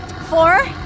Four